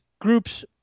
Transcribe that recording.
groups